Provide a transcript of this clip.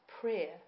prayer